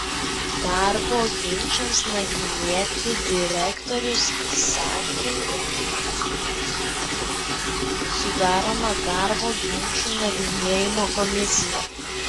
darbo ginčams nagrinėti direktorius įsakymu sudaroma darbo ginčų nagrinėjimo komisija